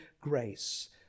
grace